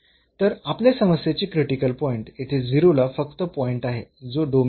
तर आपल्या समस्येचे क्रिटिकल पॉईंट येथे 0 ला फक्त पॉईंट आहे जो डोमेन मध्ये आहे